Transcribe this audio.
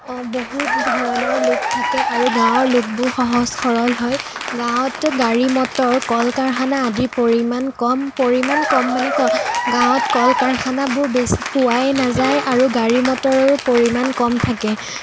অ বহুত ধৰণৰ লোক থাকে আৰু গাঁৱৰ লোকবোৰ সহজ সৰল হয় গাঁৱত গাড়ী মটৰ কল কাৰখানা আদিৰ পৰিমাণ কম পৰিমাণ কম মানে ক গাঁৱত কল কাৰখানাবোৰ বে পোৱাই নাযায় আৰু গাড়ী মটৰৰো পৰিমাণ কম থাকে